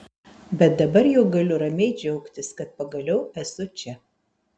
bet dabar jau galiu ramiai džiaugtis kad pagaliau esu čia